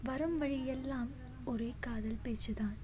வரும் வழியெல்லாம் ஒரே காதல் பேச்சு தான்